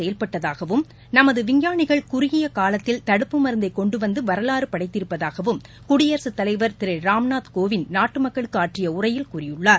செயல்பட்டதாகவும் நமது விஞ்ஞானிகள் குறுகிய காலத்தில் தடுப்பு மருந்தை கொண்டு வந்து வரலாறு படைத்திருப்பதாகவும் குடியரசுத் தலைவர் திரு ராம்நாத் கோவிந்த் நாட்டு மக்களுக்கு ஆற்றிய உரையில் கூறியுள்ளார்